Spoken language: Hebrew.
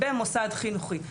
במוסד חינוכי.